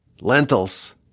lentils